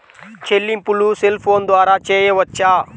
చెల్లింపులు cell phone ద్వారా చేయవచ్చా?